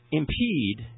impede